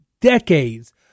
decades